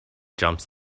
jumps